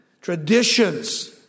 traditions